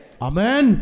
Amen